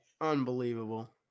unbelievable